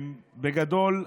בגדול,